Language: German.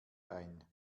ein